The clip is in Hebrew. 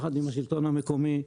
יחד עם השלטון המקומי,